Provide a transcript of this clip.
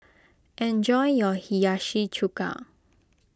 enjoy your Hiyashi Chuka